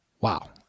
Wow